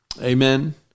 amen